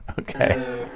Okay